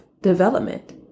development